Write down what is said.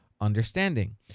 understanding